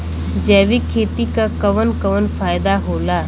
जैविक खेती क कवन कवन फायदा होला?